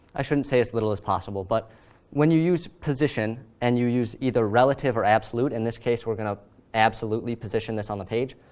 i shouldn't say as little as possible, but when you use position, and you use either relative or absolute, in this case, we're going to absolutely position this on the page,